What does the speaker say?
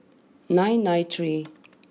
nine nine three